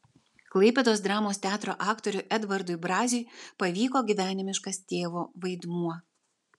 klaipėdos dramos teatro aktoriui edvardui braziui pavyko gyvenimiškas tėvo vaidmuo